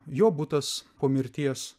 jo butas po mirties